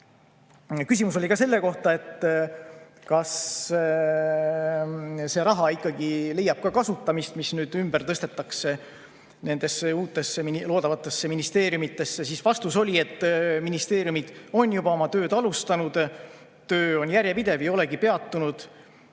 Küsimus oli ka selle kohta, kas see raha ikkagi leiab kasutamist, mis nüüd ümber tõstetakse nendesse uutesse loodavatesse ministeeriumidesse. Vastus oli, et ministeeriumid on juba oma tööd alustanud. Töö on järjepidev, ei olegi peatunud.